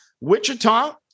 Wichita